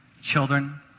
children